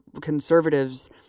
conservatives